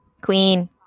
Queen